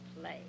play